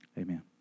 Amen